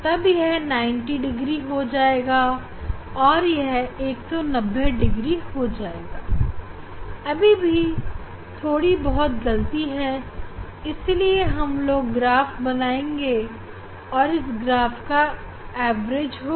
तब यह 90 डिग्री हो जाएगा और यह 190 हो जाएगा अभी थोड़ी बहुत गलती है इसीलिए हम लोग ग्राफ़ बनाएँगे और यह ग्राफ़ औसत होगा